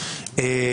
י"ז בטבת התשפ"ג.